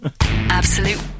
Absolute